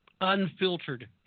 unfiltered